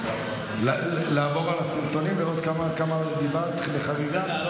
לעבור על הסרטונים, לראות כמה דיברת בחריגה?